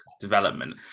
development